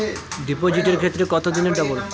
ডিপোজিটের ক্ষেত্রে কত দিনে ডবল?